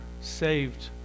saved